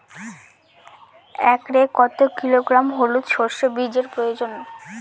একরে কত কিলোগ্রাম হলুদ সরষে বীজের প্রয়োজন?